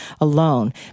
alone